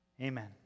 Amen